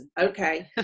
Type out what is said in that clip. Okay